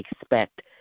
expect